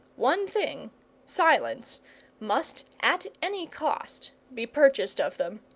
one thing silence must, at any cost, be purchased of them.